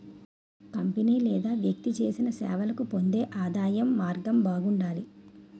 company లేదా వ్యక్తి చేసిన సేవలకు పొందే ఆదాయం మార్గం బాగుండాలి